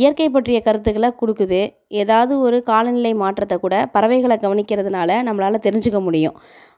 இயற்கை பற்றிய கருத்துகளை கொடுக்குது ஏதாவது ஒரு காலநிலை மாற்றத்தைக்கூட பறவைகளை கவனிக்கிறதுனால நம்மளால் தெரிஞ்சுக்க முடியும்